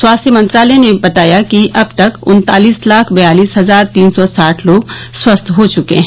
स्वास्थ्य मंत्रालय ने बताया कि अब तक उन्तालीस लाख बयालिस हजार तीन सौ साठ लोग स्वस्थ हो चुके हैं